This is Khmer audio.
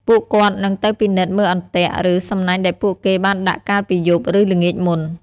ពួកគាត់នឹងទៅពិនិត្យមើលអន្ទាក់ ឬសំណាញ់ដែលពួកគេបានដាក់កាលពីយប់ ឬល្ងាចមុន។